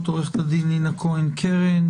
עו"ד נינא כהן קרן,